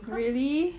really